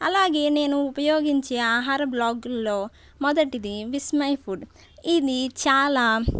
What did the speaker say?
అలాగే నేను ఉపయోగించే ఆహార బ్లాగుల్లో మొదటిది విస్మై ఫుడ్ ఇది చాలా